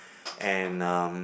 and um